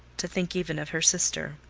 to think even of her sister.